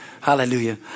Hallelujah